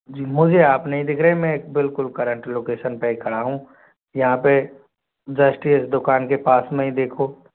जी मुझे आप नहीं दिख रहे मैं बिल्कुल करंट लोकेशन पर ही खड़ा हूँ यहाँ पर जस्ट इस दुकान के पास में ही देखो